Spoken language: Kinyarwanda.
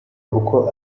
uko